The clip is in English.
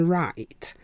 right